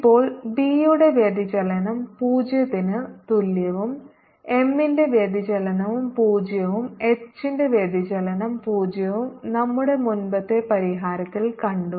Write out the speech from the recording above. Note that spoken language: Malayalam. ഇപ്പോൾ B യുടെ വ്യതിചലനം 0 ന് തുല്യവും M ന്റെ വ്യതിചലനവും 0 ഉം H ന്റെ വ്യതിചലനം 0 ഉം നമ്മുടെ മുമ്പത്തെ പരിഹാരത്തിൽ കണ്ടു